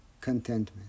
contentment